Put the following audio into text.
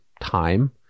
time